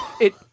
It-